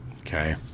Okay